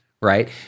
right